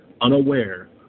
unaware